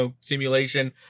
simulation